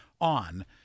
on